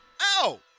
Ow